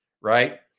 right